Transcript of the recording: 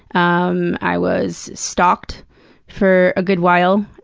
um i was stalked for a good while,